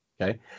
Okay